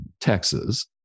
Texas